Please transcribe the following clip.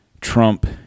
Trump